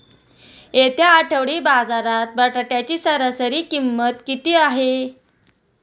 येत्या आठवडी बाजारात बटाट्याची सरासरी किंमत किती आहे?